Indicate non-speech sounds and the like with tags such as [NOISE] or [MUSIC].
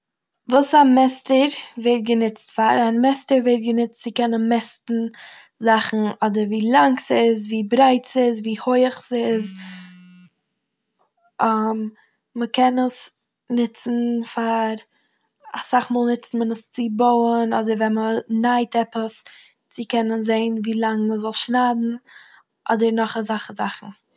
וועס א מעסטער ווערט גענוצט פאר. א מעסטער ווערט גענוצט צו קענען מעסטן זאכן אדער ווי לאנג ס'איז, ווי ברייט ס'איז, ווי הויעך ס'איז. [NOISE] [HESITATION] מ'קען עס נוצן פאר- אסאך מאל נוצט מען עס צו בויען אדער ווען מ'נייט עפעס צו קענען זעהן ווי לאנג מ'וויל שניידן, אדער נאך אזעלכע זאכן.